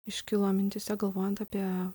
iškilo mintyse galvojant apie